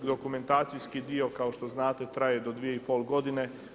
Dokumentacijski dio kao što znate, traje do 2,5 godine.